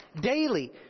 Daily